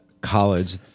college